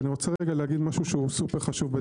ואני רוצה לומר משהו סופר חשוב.